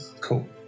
cool